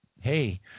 hey